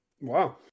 wow